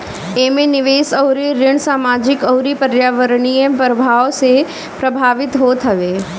एमे निवेश अउरी ऋण सामाजिक अउरी पर्यावरणीय प्रभाव से प्रभावित होत हवे